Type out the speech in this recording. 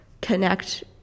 connect